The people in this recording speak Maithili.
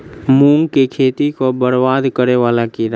मूंग की खेती केँ बरबाद करे वला कीड़ा?